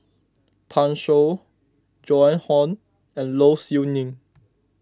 Pan Shou Joan Hon and Low Siew Nghee